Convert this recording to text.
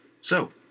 So